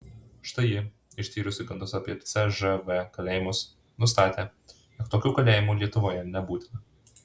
štai ji ištyrusi gandus apie cžv kalėjimus nustatė jog tokių kalėjimų lietuvoje nebūta